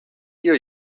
hear